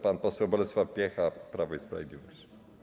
Pan poseł Bolesław Piecha, Prawo i Sprawiedliwość.